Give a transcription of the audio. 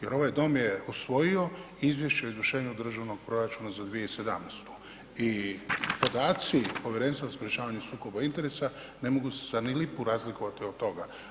Jer ovaj dom je usvojio Izvješće o izvršenju državnog proračuna za 2017. i podaci Povjerenstva za sprječavanje sukoba interesa, ne mogu za ni lipu razlikovati od toga.